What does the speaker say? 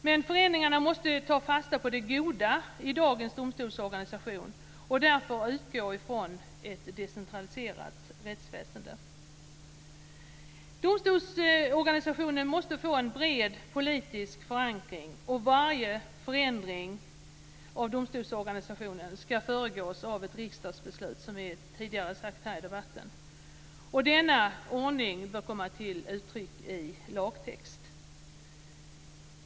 Men förändringarna måste ta fasta på det goda i dagens domstolsorganisation och därmed utgå från ett decentraliserat rättsväsende. Domstolsorganisationen måste få en bred politisk förankring, och varje förändring av domstolsorganisationen ska föregås av ett riksdagsbeslut, precis som vi sagt här tidigare i debatten. Denna ordning bör komma uttryck i lagtext.